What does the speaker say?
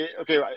okay